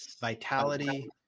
vitality